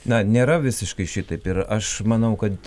na nėra visiškai šitaip ir aš manau kad